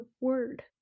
word